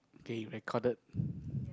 they recorded